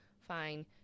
fine